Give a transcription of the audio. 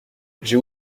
j’ai